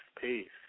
peace